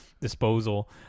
disposal